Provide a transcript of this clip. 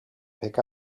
pick